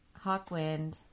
Hawkwind